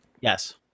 Yes